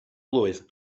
blwydd